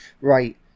right